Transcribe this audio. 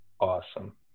awesome